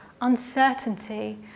uncertainty